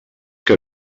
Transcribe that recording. que